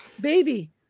baby